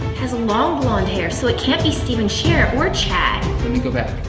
has long, blonde hair so it can't be stephen sharer or chad. let me go back.